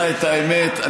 בגללך אני לא,